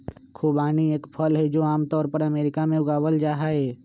खुबानी एक फल हई, जो आम तौर पर अमेरिका में उगावल जाहई